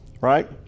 right